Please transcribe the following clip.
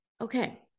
Okay